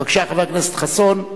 בבקשה, חבר הכנסת חסון.